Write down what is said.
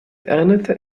erinnerte